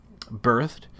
birthed